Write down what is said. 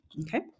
okay